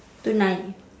tonight